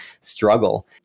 struggle